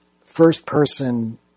first-person